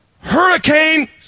hurricane